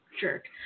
jerk